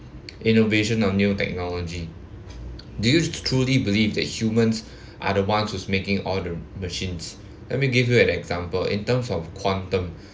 innovation of new technology do you truly believe that humans are the ones who's making all the ma~ machines let me give you an example in terms of quantum